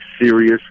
serious